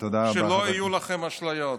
שלא יהיו לכם אשליות.